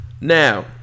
Now